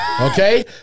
Okay